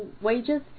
wages